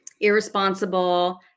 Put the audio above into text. irresponsible